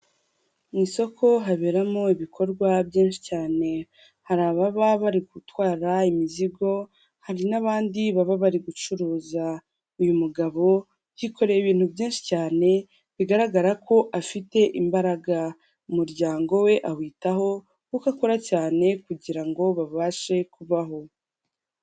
Mu isoko haberamo ibikorwa byinshi cyane hari ababa bari gutwara imizigo hari n'abandi baba bari gucuruza, uyu mugabo yikoreye ibintu byinshi cyane bigaragara ko afite imbaraga, umuryango we awitaho kuko akora cyane kugira ngo babashe kubaho.